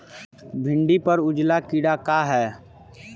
भिंडी पर उजला कीड़ा का है?